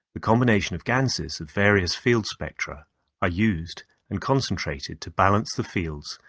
the combination of ganses and various field spectra are used and concentrated to balance the fields,